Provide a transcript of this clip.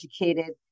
educated